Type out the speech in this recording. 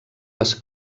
les